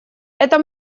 это